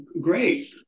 great